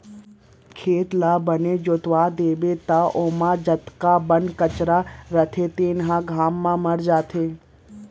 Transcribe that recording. खेत ल बने जोतवा देबे त ओमा जतका बन कचरा रथे तेन ह घाम म मर जाथे